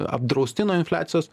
apdrausti nuo infliacijos